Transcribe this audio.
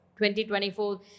2024